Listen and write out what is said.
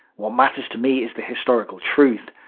what matters to me is the historical truth.